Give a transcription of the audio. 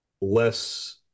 less